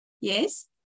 Yes